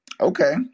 okay